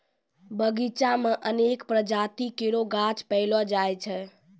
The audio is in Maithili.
बगीचा म अनेक प्रजाति केरो गाछ पैलो जाय छै